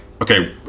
okay